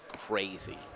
crazy